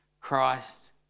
Christ